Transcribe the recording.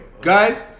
guys